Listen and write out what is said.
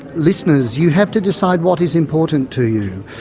listeners, you have to decide what is important to you.